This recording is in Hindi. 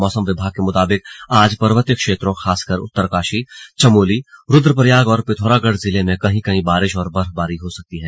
मौसम विभाग के मुताबिक आज पर्वतीय क्षेत्रों खासकर उत्तरकाशी चमोली रुद्रप्रयाग और पिथौरागढ़ जिले में कहीं कहीं बारिश और बर्फबारी हो सकती है